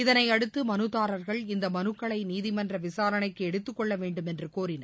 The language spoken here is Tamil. இதனையடுத்து மனுதாரா்கள் இந்த மனுக்களை நீதிமன்ற விசாரணைக்கு எடுத்துக் கொள்ள வேண்டுமென்று கோரினர்